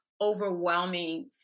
overwhelming